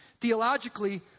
Theologically